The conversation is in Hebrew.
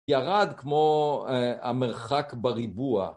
ירד כמו המרחק בריבוע.